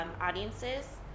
audiences